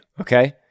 Okay